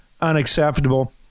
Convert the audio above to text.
unacceptable